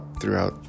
throughout